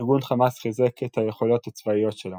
ארגון חמאס חיזק את היכולות הצבאיות שלו.